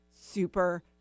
super